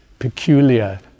peculiar